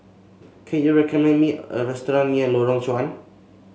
can you recommend me a restaurant near Lorong Chuan